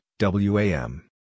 WAM